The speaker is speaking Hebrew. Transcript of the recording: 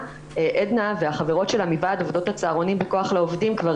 עדנה והחברות שלה מוועד עובדות הצהרונים בכוח העובדים כבר